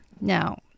now